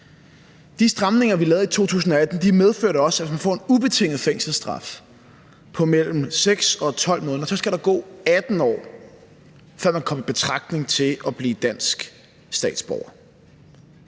De stramninger, vi lavede i 2018, medførte også, at hvis man får en ubetinget fængselsstraf på mellem 6 og 12 måneder, så skal der gå 18 år, før man kan komme i betragtning til at blive dansk statsborger.